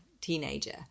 teenager